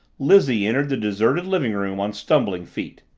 lizzie entered the deserted living-room on stumbling feet.